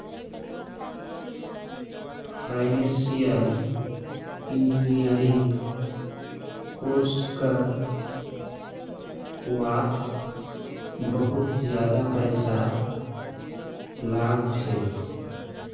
financial engineering course कर वात बहुत ज्यादा पैसा लाग छे